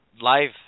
live